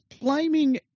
blaming